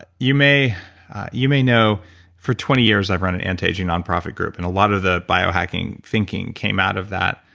you may you may know for twenty years i've run an anti-aging, non-profit group and a lot of the biohacking thinking came out of that.